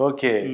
Okay